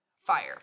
fire